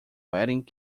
wedding